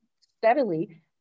steadily